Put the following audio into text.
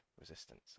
resistance